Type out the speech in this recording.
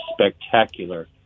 spectacular